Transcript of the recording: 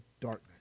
darkness